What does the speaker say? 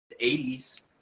80s